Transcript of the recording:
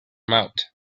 mouth